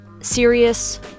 serious